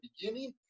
beginning